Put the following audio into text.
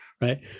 Right